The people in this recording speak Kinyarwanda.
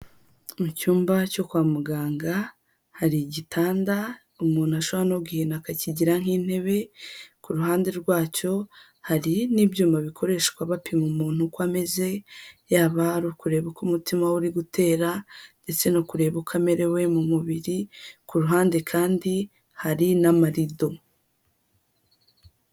Mu cyumba cyo kwa muganga hari igitanda umuntu ashobora no guhina akakigira nk'intebe, ku ruhande rwacyo hari n'ibyuma bikoreshwa bapima umuntu uko ameze, yaba ari ukureba uko umutima we uri gutera ndetse no kureba uko amerewe mu mubiri, ku ruhande kandi hari n'amarido.